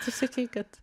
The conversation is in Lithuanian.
tu sakei kad